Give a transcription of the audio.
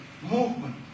movement